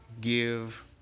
give